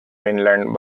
mainland